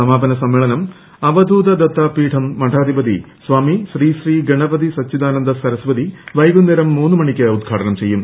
സമാപന സമ്മേളനം അവധൂതദത്താപീഠം മഠാധിപതി സ്വാമി ശ്രീ ശ്രീ ഗണപതി സച്ചിദാനന്ദ സരസ്വതി വൈകുന്നേരം മൂന്ന് മണിക്ക് ഉദ്ഘാടനം ചെയ്യും